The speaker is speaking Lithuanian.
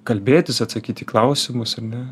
kalbėtis atsakyt į klausimus ar ne